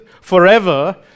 forever